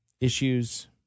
issues